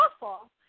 awful